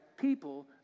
people